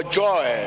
joy